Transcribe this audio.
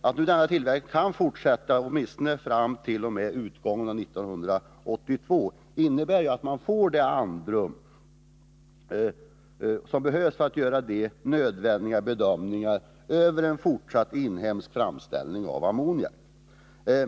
Att nu denna tillverkning kan fortsätta åtminstone fram t.o.m. utgången av 1982 innebär att man får det rådrum som behövs för att man skall kunna göra de nödvändiga bedömningarna när det gäller en fortsatt inhemsk framställning av ammoniak.